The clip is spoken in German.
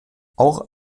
auch